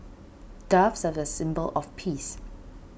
doves are a symbol of peace